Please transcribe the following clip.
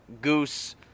Goose